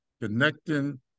connecting